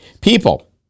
People